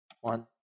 one